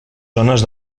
zones